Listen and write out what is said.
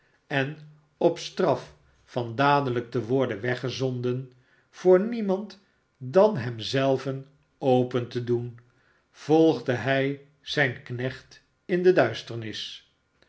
en op straf van dadelijk te worden weggezonden voor niemand dan hem zelven open te doen volgde hij zijn knecht in de duisternis